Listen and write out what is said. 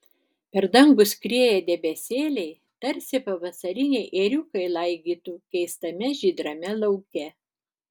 per dangų skrieja debesėliai tarsi pavasariniai ėriukai laigytų keistame žydrame lauke